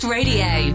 Radio